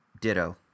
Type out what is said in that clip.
ditto